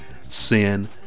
sin